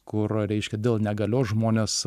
kur reiškia dėl negalios žmones